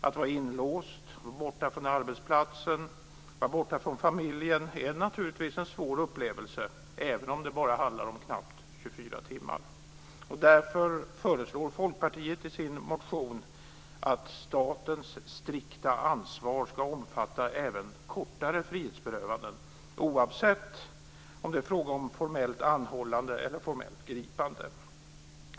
Att vara inlåst, borta från arbetsplatsen och familjen är naturligtvis en svår upplevelse även om det bara handlar om knappt 24 timmar. Därför föreslår Folkpartiet i sin motion att statens strikta ansvar ska omfatta även kortare frihetsberövanden, oavsett om det är fråga om formellt anhållande eller formellt gripande.